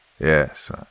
yes